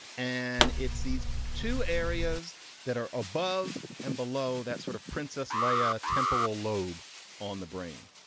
and it's these two areas that are above and below that sort of princess leia temporal lobe on the brain.